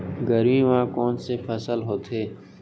गरमी मा कोन से फसल होथे?